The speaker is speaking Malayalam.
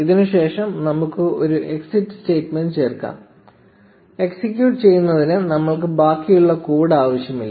ഇതിന് ശേഷം നമുക്ക് ഒരു എക്സിറ്റ് സ്റ്റേറ്റ്മെന്റ് ചേർക്കാം എക്സിക്യൂട്ട് ചെയ്യുന്നതിന് നമ്മൾക്ക് ബാക്കിയുള്ള കോഡ് ആവശ്യമില്ല